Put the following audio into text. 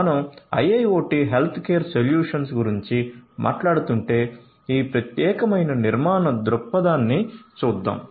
మనం IIoT healthcare solutions గురించి మాట్లాడుతుంటే ఈ ప్రత్యేకమైన నిర్మాణ దృక్పథాన్ని చూద్దాం